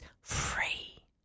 free